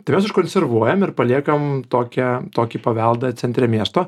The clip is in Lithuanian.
tai jas užkonservuojam ir paliekam tokią tokį paveldą centre miesto